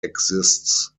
exists